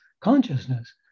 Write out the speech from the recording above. consciousness